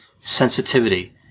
sensitivity